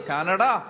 Canada